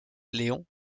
leon